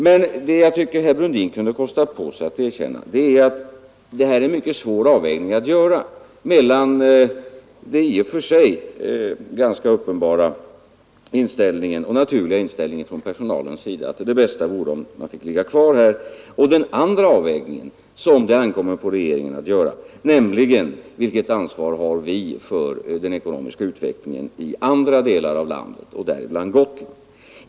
Men det jag tycker att herr Brundin kunde kosta på sig att erkänna är att det här är en mycket svår avvägning att göra mellan den i och för sig ganska uppenbara och naturliga inställningen från personalens sida att det bästa vore om företaget fick ligga kvar och den andra aspekt som det ankommer på regeringen att ta med i bedömningen, nämligen: Vilket ansvar har vi för den ekonomiska utvecklingen i andra delar av landet, däribland Gotland?